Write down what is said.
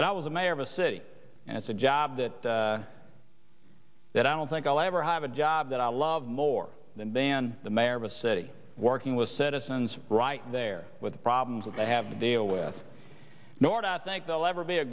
that i was a mayor of a city and it's a job that that i don't think i'll ever have a job that i love more than than the mayor of a city working with citizens right there with problems with they have to deal with north i think they'll ever be a